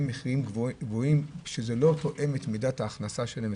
מחירים גבוהים שלא תואמים את מידת ההכנסה שלהם.